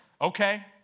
Okay